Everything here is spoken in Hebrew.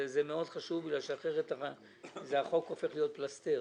זה מאוד חשוב אחרת החוק הופך להיות פלסתר.